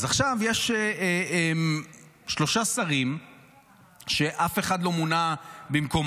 אז עכשיו יש שלושה שרים שאף אחד לא מונה במקומם,